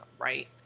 right